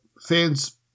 fans